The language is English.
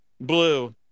blue